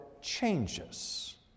changes